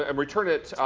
ah and return it,